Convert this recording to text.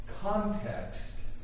context